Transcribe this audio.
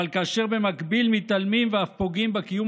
אבל כאשר במקביל מתעלמים ואף פוגעים בקיום